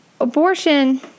abortion